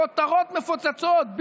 כותרות מפוצצות,